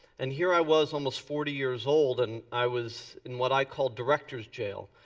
and here i was almost forty years old and i was, in what i call, director's jail.